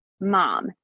mom